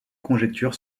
conjectures